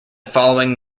following